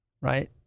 right